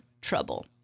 trouble